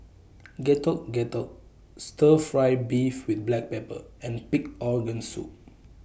Getuk Getuk Stir Fry Beef with Black Pepper and Pig Organ Soup